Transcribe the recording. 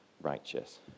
righteous